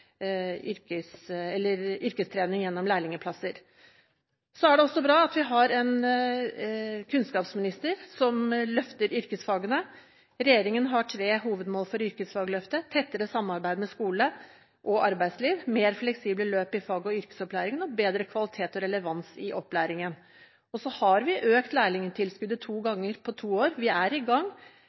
yrkestrening gjennom lærlingplasser. Så er det også bra at vi har en kunnskapsminister som løfter yrkesfagene. Regjeringen har tre hovedmål for Yrkesfagløftet: tettere samarbeid mellom skole og arbeidsliv, mer fleksible løp i fag- og yrkesopplæringen og bedre kvalitet og relevans i opplæringen. Og så har vi økt lærlingtilskuddet to ganger på to år – vi er i gang.